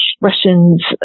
Russians